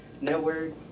network